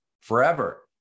forever